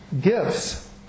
gifts